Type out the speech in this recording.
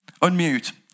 unmute